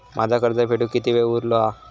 माझा कर्ज फेडुक किती वेळ उरलो हा?